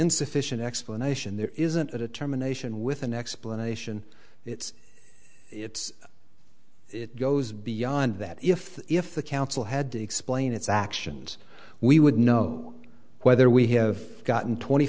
insufficient explanation there isn't a determination with an explanation it's it's it goes beyond that if if the council had to explain its actions we would know whether we have gotten twenty